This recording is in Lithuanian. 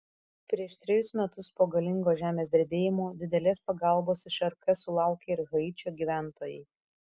prieš trejus metus po galingo žemės drebėjimo didelės pagalbos iš rk sulaukė ir haičio gyventojai